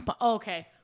Okay